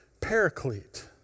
paraclete